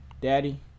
daddy